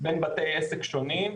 בין בתי עסק שונים.